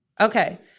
Okay